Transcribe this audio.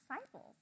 disciples